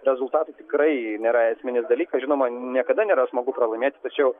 rezultatai tikrai nėra esminis dalykas žinoma niekada nėra smagu pralaimėti tačiau